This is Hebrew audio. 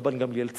רבן גמליאל צעיר,